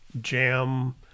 jam